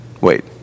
Wait